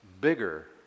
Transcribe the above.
bigger